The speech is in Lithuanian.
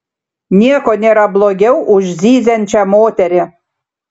nieko nėra blogiau už zyziančią moterį